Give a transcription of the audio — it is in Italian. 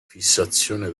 fissazione